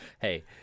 hey